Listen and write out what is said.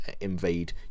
invade